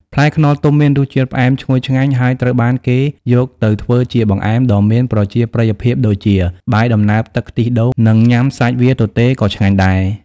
ផ្លែខ្នុរទុំមានរសជាតិផ្អែមឈ្ងុយឆ្ងាញ់ ហើយត្រូវបានគេយកទៅធ្វើជាបង្អែមដ៏មានប្រជាប្រិយភាពដូចជា បាយដំណើបទឹកខ្ទិះដូងនិង ញុំាសាច់វាទទេក៏ឆ្ងាញ់ដែរ។